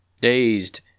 Dazed